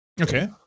Okay